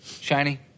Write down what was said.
shiny